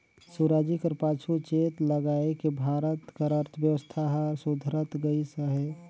सुराजी कर पाछू चेत लगाएके भारत कर अर्थबेवस्था हर सुधरत गइस अहे